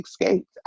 escaped